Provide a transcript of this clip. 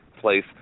place